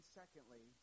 secondly